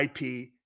IP